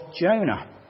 Jonah